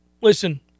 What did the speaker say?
listen